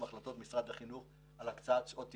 החלטות משרד החינוך על הקצאת שעות טיפול.